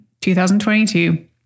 2022